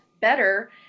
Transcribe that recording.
better